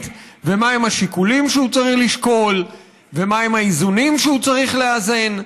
ומהם השיקולים שהוא צריך לשקול ומהם האיזונים שהוא צריך לאזן.